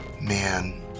Man